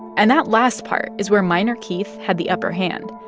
and that last part is where minor keith had the upper hand.